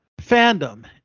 Fandom